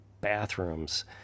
bathrooms